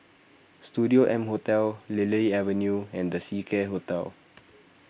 Studio M Hotel Lily Avenue and the Seacare Hotel